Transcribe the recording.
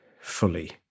fully